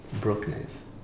brokenness